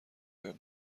بهم